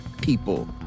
people